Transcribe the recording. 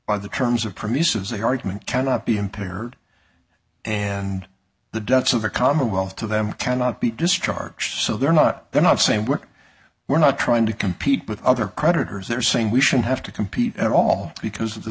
by the terms of premises they argument cannot be impaired and the debts of the commonwealth to them cannot be discharged so they're not they're not saying look we're not trying to compete with other creditors they're saying we should have to compete at all because of the